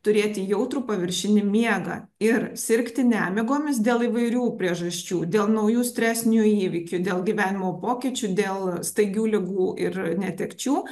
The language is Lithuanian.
turėti jautrų paviršinį miegą ir sirgti nemigomis dėl įvairių priežasčių dėl naujų stresinių įvykių dėl gyvenimo pokyčių dėl staigių ligų ir netekčių